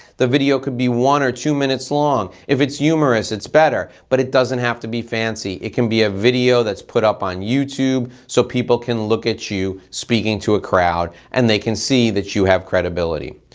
the video could be one or two minutes long. if it's humorous it's better, but it doesn't have to be fancy. it can be a video that's put up on youtube so people can look at you speaking to a crowd and they can see that you have credibility.